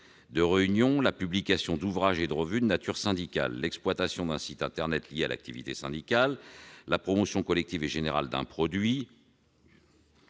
de réunions, la publication d'ouvrages et de revues de nature syndicale, l'exploitation d'un site internet lié à l'activité syndicale, la promotion collective et générale d'un produit